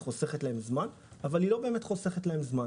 חוסכת להם זמן אבל היא לא באמת עושה זאת.